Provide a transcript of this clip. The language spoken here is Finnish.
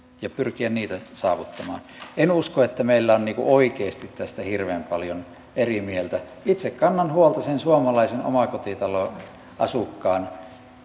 ja pyrkiä niitä saavuttamaan en usko että meillä on oikeasti tästä hirveän paljon erimielisyyttä itse kannan huolta sen suomalaisen omakotitaloasukkaan